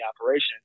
operation